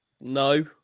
no